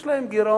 יש להם גירעון.